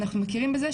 אנחנו מכירים בזה,